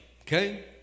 okay